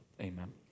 Amen